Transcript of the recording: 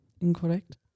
Incorrect